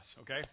okay